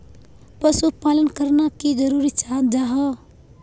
पशुपालन करना की जरूरी जाहा?